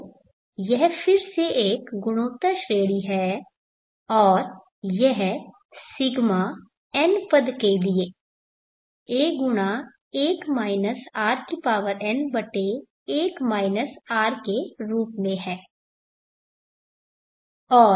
तो यह फिर से एक गुणोत्तर श्रेढ़ी है और यह Σ n पद के लिए a×1 r के रुप में है